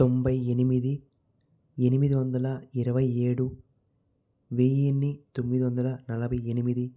తోంభై ఎనిమిది ఎనిమిది వందల ఇరవై ఏడు వెయ్యిన్ని తొమ్మిది వందల నలభై ఎనిమిది